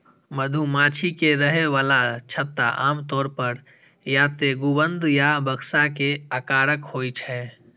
मधुमाछी के रहै बला छत्ता आमतौर पर या तें गुंबद या बक्सा के आकारक होइ छै